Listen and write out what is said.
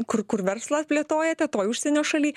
kur kur verslą plėtojate toj užsienio šaly